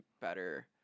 better